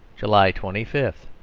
july twenty five.